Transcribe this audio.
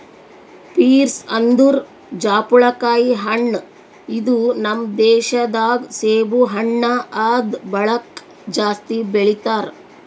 pears ಅಂದುರ್ ಜಾಪುಳಕಾಯಿ ಹಣ್ಣ ಇದು ನಮ್ ದೇಶ ದಾಗ್ ಸೇಬು ಹಣ್ಣ ಆದ್ ಬಳಕ್ ಜಾಸ್ತಿ ಬೆಳಿತಾರ್